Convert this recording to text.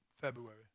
February